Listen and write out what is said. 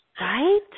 Right